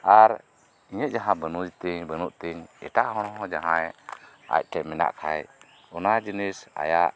ᱟᱨ ᱤᱧᱟᱜ ᱡᱟᱦᱟ ᱵᱟᱹᱱᱩᱡ ᱵᱟᱹᱱᱩᱜ ᱛᱤᱧ ᱮᱴᱟᱜ ᱦᱚᱲ ᱦᱚᱸ ᱡᱟᱦᱟᱭ ᱟᱡᱴᱷᱮᱡ ᱢᱮᱱᱟᱜ ᱠᱷᱟᱡ ᱚᱱᱟ ᱡᱤᱱᱤᱥ ᱟᱭᱟᱜ